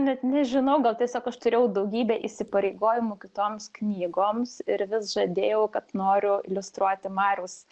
net nežinau gal tiesiog aš turėjau daugybę įsipareigojimų kitoms knygoms ir vis žadėjau kad noriu iliustruoti mariaus